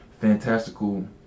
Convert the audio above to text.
fantastical